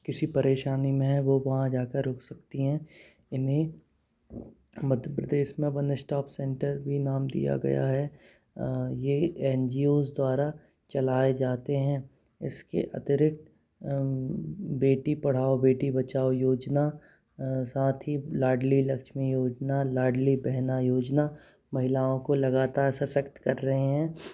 किसी परेशानी में हैं वो वहाँ जाकर रुक सकती हैं इन्हे मध्य प्रदेश में वन इस्टॉप सेंटर भी नाम दिया गया है ये एन जी ओज़ द्वारा चलाए जाते हैं इसके अतिरिक्त बेटी पढ़ाओ बेटी बचाओ योजना साथी लाड़ली लक्ष्मी योजना लाड़ली बहना योजना महिलाओं को लगातार सशक्त कर रहे हैं